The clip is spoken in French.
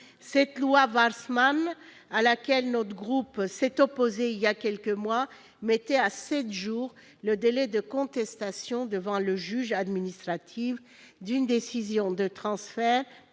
dite « Warsmann », à laquelle notre groupe s'est opposé il y a quelques mois, fixait à sept jours le délai de contestation devant le juge administratif d'une décision de transfert